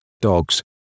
dogs